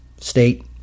state